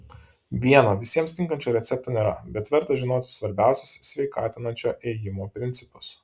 vieno visiems tinkančio recepto nėra bet verta žinoti svarbiausius sveikatinančio ėjimo principus